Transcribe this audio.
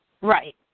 Right